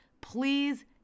please